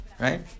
right